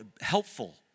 helpful